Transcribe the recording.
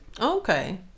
okay